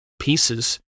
pieces